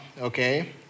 okay